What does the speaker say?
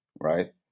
right